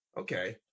Okay